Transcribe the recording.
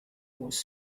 was